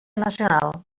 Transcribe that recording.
nacional